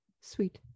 sweet